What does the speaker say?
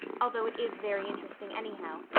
although it is very interesting anyhow.